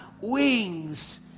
wings